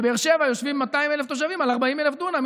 בבאר שבע יושבים 200,000 תושבים על 40,000 דונם,